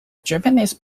japanese